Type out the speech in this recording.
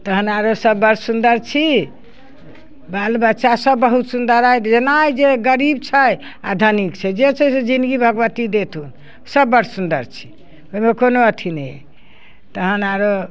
तहन आओरसब बड़ सुन्दर छी बाल बच्चासब बहुत सुन्दर अइ जेना आइ जे गरीब छै आओर धनिक छै जे छै से जिनगी भगवती देथुन सब बड़ सुन्दर छी ओहिमे कोनो अथी नहि अइ तहन आओर